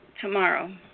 tomorrow